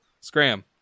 Scram